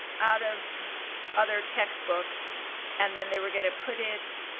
out of other textbooks and then they were gonna put it,